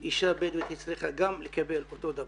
גם אישה בדואית צריכה לקבל אותו דבר.